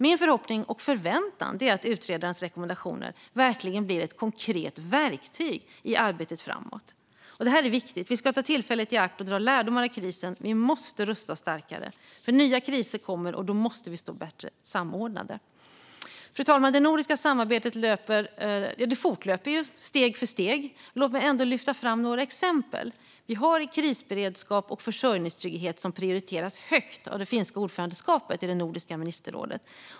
Min förhoppning och förväntan är att utredarens rekommendationer verkligen blir ett konkret verktyg i arbetet framåt. Det här är viktigt. Vi ska ta tillfället i akt att dra lärdomar av krisen, och vi måste rusta oss starkare. För nya kriser kommer, och då måste vi stå bättre samordnade. Fru talman! Det nordiska samarbetet fortlöper steg för steg. Låt mig ändå lyfta fram några exempel. Vi har krisberedskap och försörjningstrygghet, som prioriteras högt av det finska ordförandeskapet i Nordiska ministerrådet.